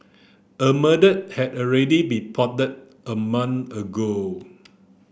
a murder had already been plotted a month ago